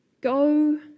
Go